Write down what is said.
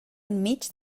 enmig